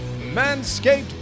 Manscaped